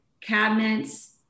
cabinets